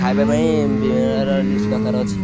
ଖାଇବା ପାଇଁ ବିଭିନ୍ନ ପ୍ରକାର ଲିଷ୍ଟ ଦରକାର ଅଛି